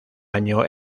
año